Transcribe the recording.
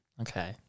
Okay